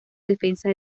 defensa